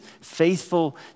faithful